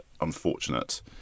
unfortunate